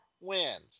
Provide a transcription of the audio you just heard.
wins